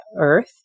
earth